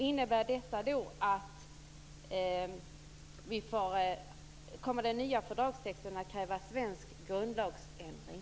Innebär detta att den nya fördragstexten kommer att kräva svensk grundlagsändring?